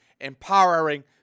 empowering